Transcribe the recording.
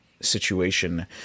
situation